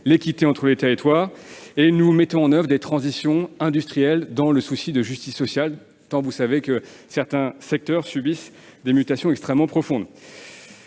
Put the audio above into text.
l'équité entre les territoires. Nous mettons en oeuvre des transitions industrielles dans un souci de justice sociale, car vous savez que certains secteurs subissent des mutations extrêmement profondes.